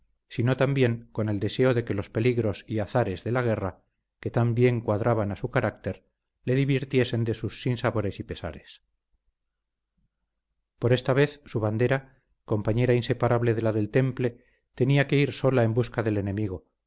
sino también con el deseo de que los peligros y azares de la guerra que tan bien cuadraban a su carácter le divirtiesen de sus sinsabores y pesares por esta vez su bandera compañera inseparable de la del temple tenía que ir sola en busca del enemigo